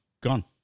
Gone